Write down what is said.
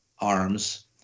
arms